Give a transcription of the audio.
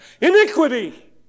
iniquity